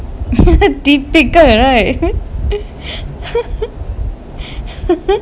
typical